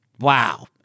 wow